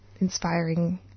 inspiring